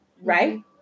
Right